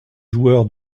joueur